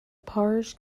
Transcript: parish